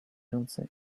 ręce